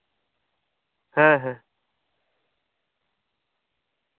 ᱦᱮᱸ ᱦᱮᱸ